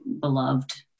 beloved